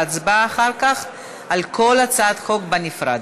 וההצבעה אחר כך על כל הצעת חוק בנפרד.